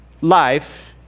life